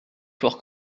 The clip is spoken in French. fort